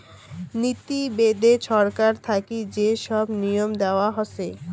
নীতি বেদে ছরকার থাকি যে সব নিয়ম দেয়া হসে